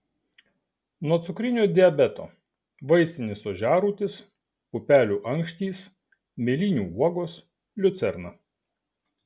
nuo cukrinio diabeto vaistinis ožiarūtis pupelių ankštys mėlynių uogos liucerna